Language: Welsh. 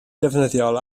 ddefnyddiol